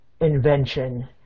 invention